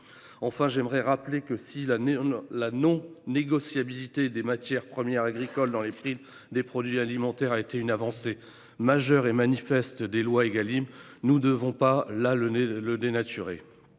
Enfin, j’aimerais rappeler que, si la non négociabilité des matières premières agricoles dans les prix des produits alimentaires a constitué une avancée majeure et manifeste des lois Égalim, nous ne devons pas la dénaturer.